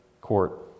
court